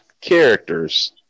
characters